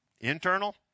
Internal